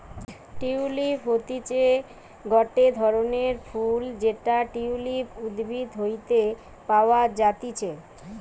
tulip হতিছে গটে ধরণের ফুল যেটা টিউলিপ উদ্ভিদ হইতে পাওয়া যাতিছে